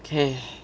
okay